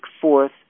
forth